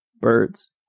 Birds